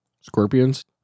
Scorpions